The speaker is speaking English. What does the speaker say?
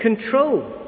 control